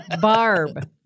barb